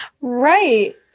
Right